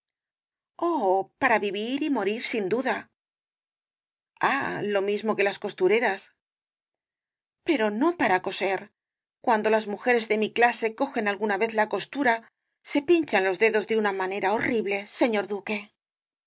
para vivir y morir sin duda ah lo mismo que las costureras pero no para coser cuando las mujeres de mi clase cogen alguna vez la costura se pinchan los dedos de una manera horrible señor duque